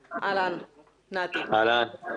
ה-האסי.